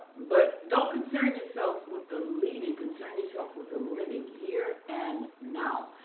but don't concern yourself with the leaving, concern yourself with the living here and now.